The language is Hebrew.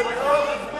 למה לא?